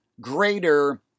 Greater